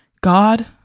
God